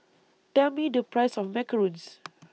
Tell Me The Price of Macarons